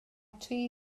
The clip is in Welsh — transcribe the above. tri